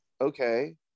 okay